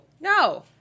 No